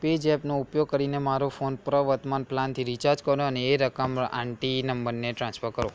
પેઝેપનો ઉપયોગ કરીને મારો ફોન પ્રવર્તમાન પ્લાનથી રીચાર્જ કરો અને એ રકમ ર આંટી નંબરને ટ્રાન્સફર કરો